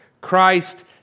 Christ